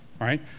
right